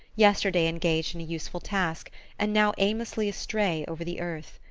yesterday engaged in a useful task and now aimlessly astray over the earth.